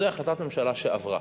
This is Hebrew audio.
זו החלטת ממשלה שעברה.